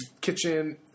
kitchen